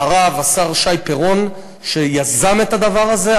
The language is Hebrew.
הרב השר שי פירון, שיזם את הדבר הזה.